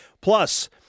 Plus